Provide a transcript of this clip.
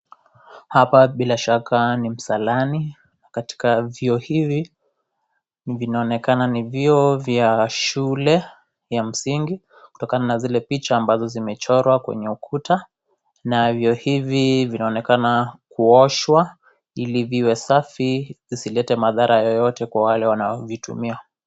Hapa bila shaka ni msalani katika vyoo hivi vinaonekana ni vyoo vya shule ya msingi kutokana na zile picha ambazo zimechorwa kwenye ukuta na vyoo hivi vinaonekana kuoshwa ili viwe safi visilete madhara yoyote kwa wale wanavyovitumia.